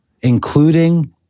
including